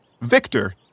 Victor